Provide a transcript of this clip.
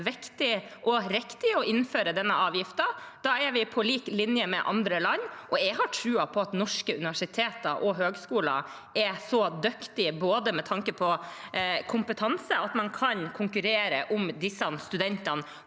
viktig og riktig å innføre denne avgiften. Da er vi på lik linje med andre land. Jeg har tro på at norske universiteter og høgskoler er så dyktige med tanke på kompetanse at man kan konkurrere om disse studentene